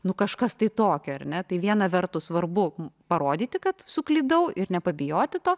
nu kažkas tai tokio ar ne tai viena vertus svarbu parodyti kad suklydau ir nepabijoti to